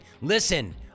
Listen